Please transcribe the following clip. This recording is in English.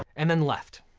and then left.